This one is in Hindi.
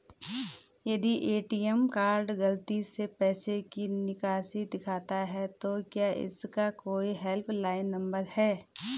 यदि ए.टी.एम कार्ड गलती से पैसे की निकासी दिखाता है तो क्या इसका कोई हेल्प लाइन नम्बर है?